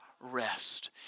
rest